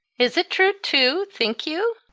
is it true too, think you?